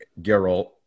Geralt